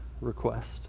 request